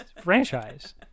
franchise